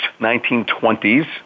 1920s